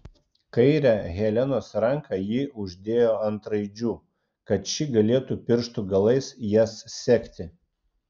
kairę helenos ranką ji uždėjo ant raidžių kad ši galėtų pirštų galais jas sekti